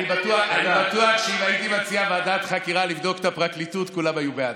אני בטוח שאם הייתי מציע ועדת חקירה לבדוק את הפרקליטות כולם היו בעד,